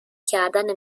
کردن